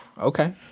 okay